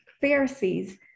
Pharisees